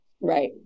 right